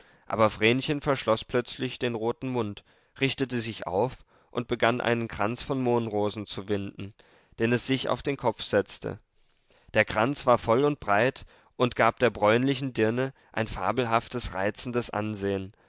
aber vrenchen verschloß plötzlich den roten mund richtete sich auf und begann einen kranz von mohnrosen zu winden den es sich auf den kopf setzte der kranz war voll und breit und gab der bräunlichen dirne ein fabelhaftes reizendes ansehen